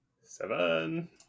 Seven